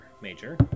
Major